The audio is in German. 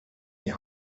die